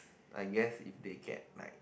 I guess if they get like